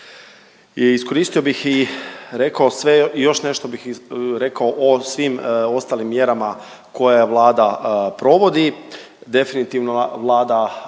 I iskoristio bih i rekao sve i još nešto bih rekao o svim ostalim mjerama koje Vlada provodi. Definitivno Vlada